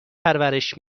پرورش